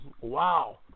Wow